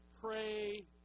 pray